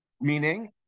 Meaning